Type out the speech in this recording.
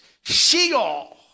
Sheol